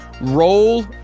roll